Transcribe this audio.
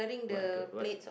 what are the what